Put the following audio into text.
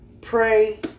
pray